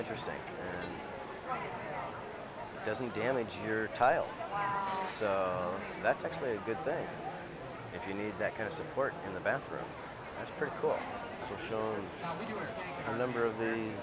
interesting doesn't damage your tile so that's actually a good thing if you need that kind of support in the bathroom that's pretty cool show you a number of the